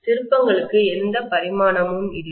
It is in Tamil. திருப்பங்களுக்கு எந்த பரிமாணமும் இல்லை